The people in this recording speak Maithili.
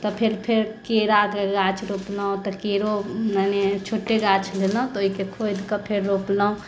तऽ फेर केराके गाछ रोपलहुँ तऽ केरो मने छोटे गाछ लेलहुँ तऽ ओहिके खोदिके फेरो रोपलहुँ